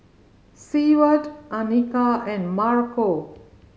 Seward Anika and Marco